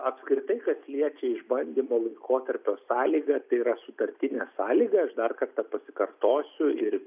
apskritai kas liečia išbandymo laikotarpio sąlygą tai yra sutartinė sąlyga aš dar kartą pasikartosiu ir